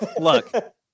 look